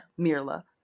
Mirla